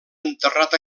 enterrat